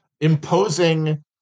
imposing